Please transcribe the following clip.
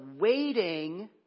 waiting